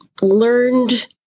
Learned